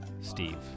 Steve